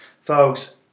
Folks